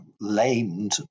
lamed